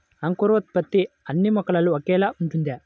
అంకురోత్పత్తి అన్నీ మొక్కల్లో ఒకేలా ఉంటుందా?